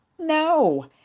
No